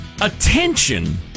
attention